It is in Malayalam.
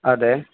അതെ